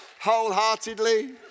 wholeheartedly